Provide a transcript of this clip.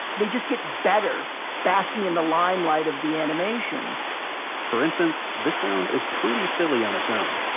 they just get better basking in the limelight of the animation for instance, this sound is pretty silly on its own